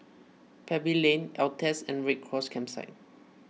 Pebble Lane Altez and Red Cross Campsite